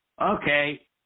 Okay